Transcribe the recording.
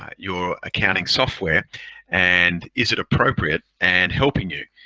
your accounting software and is it appropriate and helping you.